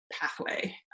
pathway